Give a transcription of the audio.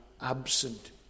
absent